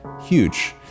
huge